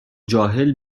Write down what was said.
جاهل